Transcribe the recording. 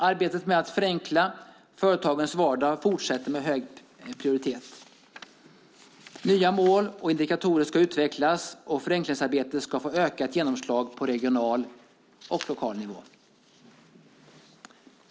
Arbetet med att förenkla företagens vardag fortsätter med hög prioritet. Nya mål och indikatorer ska utvecklas, och förenklingsarbetet ska få ökat genomslag på regional och lokal nivå.